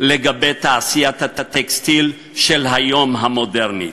לגבי תעשיית הטקסטיל של היום, המודרנית.